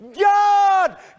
God